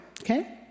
okay